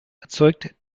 erzeugt